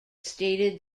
stated